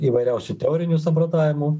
įvairiausių teorinių samprotavimų